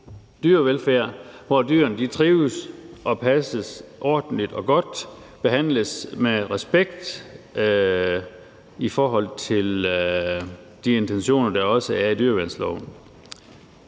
hvor dyrene trives og passes ordentligt og godt og behandles med respekt i forhold til de intentioner, der også er i dyrevelfærdsloven.